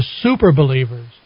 super-believers